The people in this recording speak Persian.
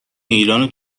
ایرانو